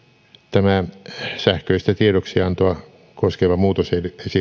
tämä sähköistä tiedoksiantoa koskeva muutosesitys on